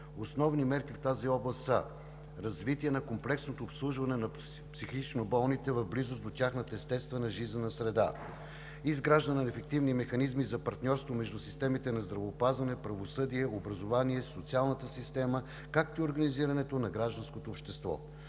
Основни мерки в тази област са: - развитие на комплексното обслужване на психично болните в близост до тяхната естествена жизнена среда; - изграждане на ефективни механизми за партньорство между системите на здравеопазване, правосъдие, образование, социалната система, както и организирането на гражданското общество;